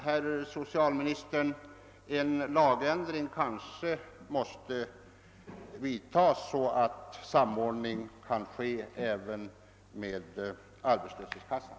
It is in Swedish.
Herr socialminister, en lagändring kanske måste vidtas, så att samordning kan ske även med arbetslöshetskassan.